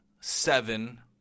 seven